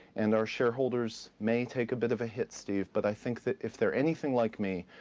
and our shareholders may take a bit of a hit, steve. but i think that if they're anything like me,